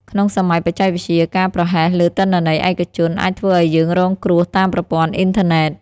ក្នុងសម័យបច្ចេកវិទ្យា ការប្រហែសលើទិន្នន័យឯកជនអាចធ្វើឱ្យយើងរងគ្រោះតាមប្រព័ន្ធអ៊ីនធឺណិត។